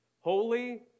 holy